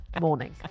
morning